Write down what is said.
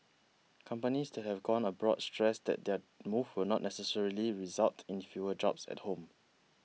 companies that have gone abroad stressed that their move will not necessarily result in fewer jobs at home